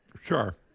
Sure